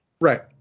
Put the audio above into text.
Right